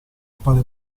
appare